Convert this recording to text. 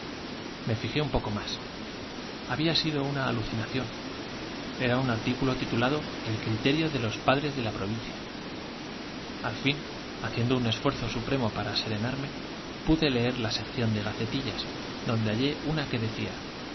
me fijé un poco más había sido una alucinación era un artículo titulado el criterio de los padres de la provincia al fin haciendo un esfuerzo supremo para erenarme pude leer la sección de gacetillas donde hallé una que decía